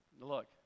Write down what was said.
Look